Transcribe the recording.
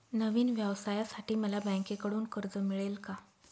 नवीन व्यवसायासाठी मला बँकेकडून कर्ज मिळेल का?